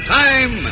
time